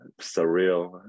surreal